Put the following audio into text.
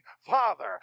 Father